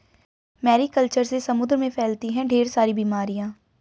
Mary culture से समुद्र में फैलती है ढेर सारी बीमारियां